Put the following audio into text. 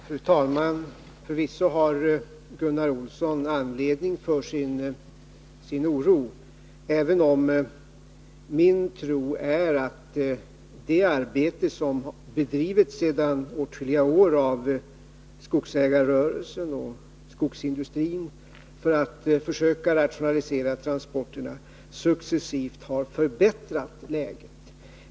Fru talman! Förvisso har Gunnar Olsson anledning till sin oro, även om min tro är att det arbete som bedrivs sedan åtskilliga år tillbaka av skogsägarrörelsen och skogsindustrin för att försöka rationalisera transporterna successivt har förbättrat läget.